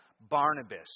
Barnabas